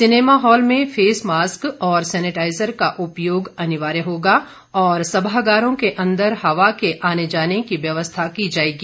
cinema hall में face mask और sanitiser का उपयोग अनिवार्य होगा और सभागारों के अंदर हवा के आने जाने की व्यवस्था की जाएगी